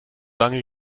lange